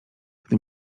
gdy